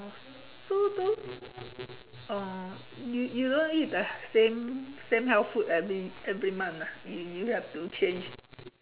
so those uh you you don't eat the same same health food every every month ah you you have to change